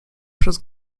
przez